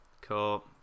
Cool